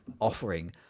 offering